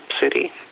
city